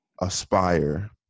aspire